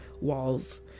walls